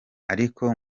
ariko